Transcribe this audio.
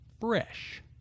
fresh